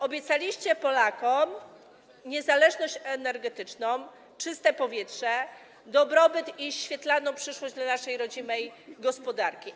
Obiecaliście Polakom niezależność energetyczną, czyste powietrze, dobrobyt i świetlaną przyszłość naszej rodzimej gospodarki.